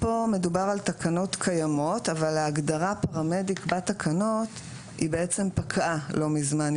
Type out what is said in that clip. פה מדובר על הגדרות קיימות אבל ההגדרה "פרמדיק" בתקנות פקעה לא מזמן,